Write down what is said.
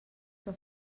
que